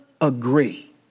agree